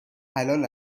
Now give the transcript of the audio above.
حلال